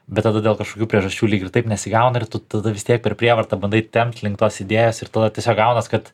bet tada dėl kažkokių priežasčių lyg ir taip nesigauna ir tu tada vis tiek per prievartą bandai tempt link tos idėjos ir tada tiesiog gaunas kad